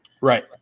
Right